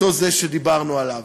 אותו זה שדיברנו עליו.